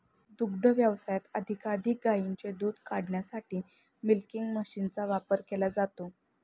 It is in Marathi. दुग्ध व्यवसायात अधिकाधिक गायींचे दूध काढण्यासाठी मिल्किंग मशीनचा वापर केला जातो